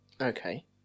Okay